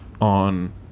on